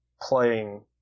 playing